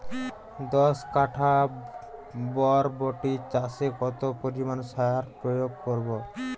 দশ কাঠা বরবটি চাষে কত পরিমাণ সার প্রয়োগ করব?